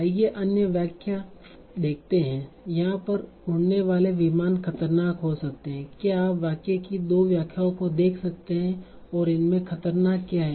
आइए अन्य वाक्य देखते हैं कि यहाँ पर उड़ने वाले विमान खतरनाक हो सकते हैं क्या आप वाक्य की दो व्याख्याओं को देख सकते हैं और इनमे खतरनाक क्या है